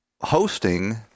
hosting